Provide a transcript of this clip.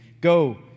go